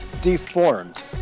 deformed